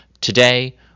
Today